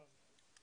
תודה.